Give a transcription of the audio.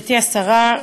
גברתי השרה,